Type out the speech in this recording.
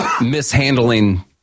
mishandling